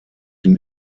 den